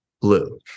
Blue